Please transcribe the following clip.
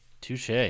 Touche